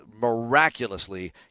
miraculously